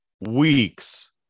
weeks